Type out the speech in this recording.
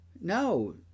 No